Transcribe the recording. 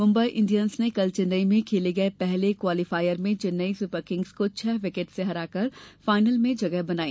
Mumbai Indians ने कल चेन्नई में खेले गये पहले क्वालीफायर में चेन्नई सुपर किंग्स को छह विकेट से हराकर फायनल में जगह बनाई